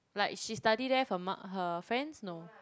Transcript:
like she study there her friends no